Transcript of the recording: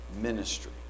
ministry